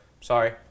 sorry